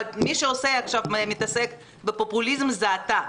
אבל מי שמתעסק בפופוליזם זה אתה.